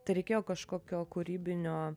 tai reikėjo kažkokio kūrybinio